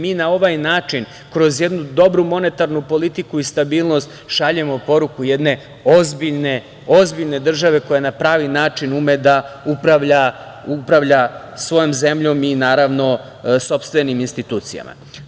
Mi na ovaj način kroz jednu dobru monetarnu politiku i stabilnost šaljemo poruku jedne ozbiljne države koja na pravi način ume da upravlja svojom zemljom i naravno sopstvenim institucijama.